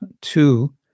two